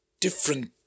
different